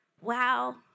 wow